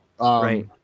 Right